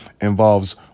involves